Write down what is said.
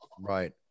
Right